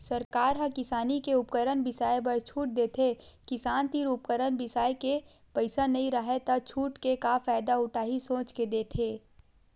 सरकार ह किसानी के उपकरन बिसाए बर छूट देथे किसान तीर उपकरन बिसाए के पइसा नइ राहय त छूट के का फायदा उठाही सोच के देथे